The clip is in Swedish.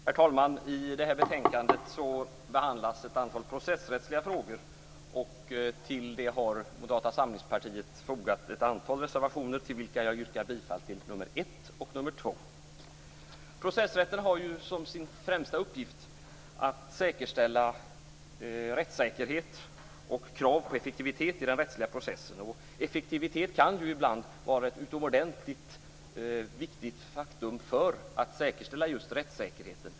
Herr talman! I detta betänkande behandlas ett antal processrättsliga frågor. Till det har Moderata samlingspartiet fogat ett antal reservationer av vilka jag yrkar bifall till nr 1 och nr 2. Processrätten har som sin främsta uppgift att säkerställa rättssäkerhet och krav på effektivitet i den rättsliga processen. Effektivitet kan ibland vara ett utomordentligt viktigt faktum för att säkerställa just rättssäkerheten.